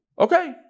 Okay